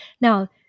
now